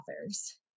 authors